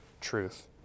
truth